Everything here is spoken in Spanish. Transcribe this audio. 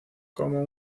como